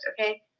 okay